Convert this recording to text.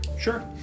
Sure